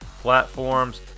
platforms